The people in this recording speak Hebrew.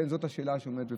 זאת השאלה שעומדת בפנינו.